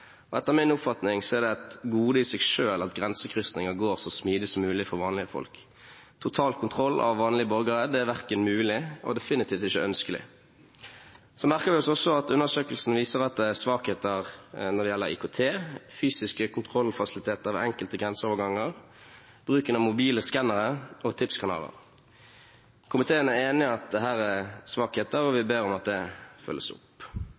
gods. Etter min oppfatning er det et gode i seg selv at grensekryssinger går så smidig som mulig for vanlige folk. Total kontroll av vanlige borgere er ikke mulig og definitivt ikke ønskelig. Vi merker oss også at undersøkelsen viser at det er svakheter når det gjelder IKT, fysiske kontrollfasiliteter ved enkelte grenseoverganger, bruken av mobile skannere og tipskanaler. Komiteen er enig i at dette er svakheter, og vi ber om at det følges opp.